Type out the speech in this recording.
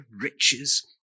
riches